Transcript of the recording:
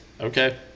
Okay